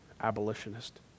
abolitionist